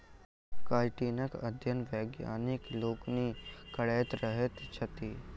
काइटीनक अध्ययन वैज्ञानिक लोकनि करैत रहैत छथि